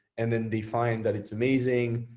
and then they find that it's amazing.